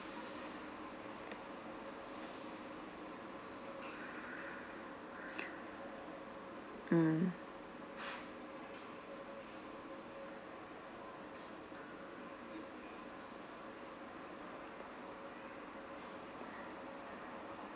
mm